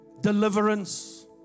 deliverance